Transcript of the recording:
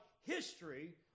history